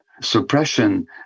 Suppression